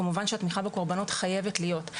כמובן שהתמיכה בקורבנות חייבת להיות.